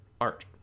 art